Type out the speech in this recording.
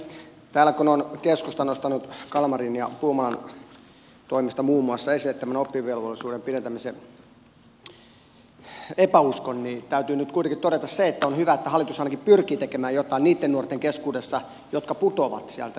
täällä kun on keskusta nostanut kalmarin ja puumalan toimesta muun muassa esille tämän oppivelvollisuuden pidentämisen epäuskon niin täytyy nyt kuitenkin todeta se että on hyvä että hallitus ainakin pyrkii tekemään jotain niitten nuorten keskuudessa jotka putoavat sieltä